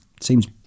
seems